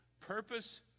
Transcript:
purpose